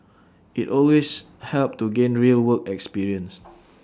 IT always helps to gain real work experience